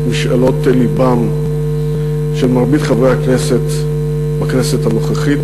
משאלות לבם של מרבית חברי הכנסת בכנסת הנוכחית.